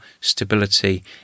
stability